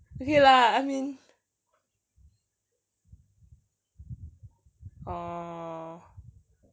okay lah I mean oh